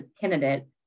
candidate